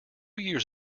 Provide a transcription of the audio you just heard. years